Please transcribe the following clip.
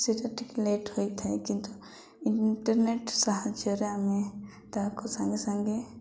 ସେଇଟା ଟିକେ ଲେଟ୍ ହୋଇଥାଏ କିନ୍ତୁ ଇଣ୍ଟରନେଟ ସାହାଯ୍ୟରେ ଆମେ ତାହାକୁ ସାଙ୍ଗେ ସାଙ୍ଗେ